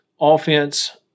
offense